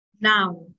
now